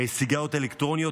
סיגריות אלקטרוניות,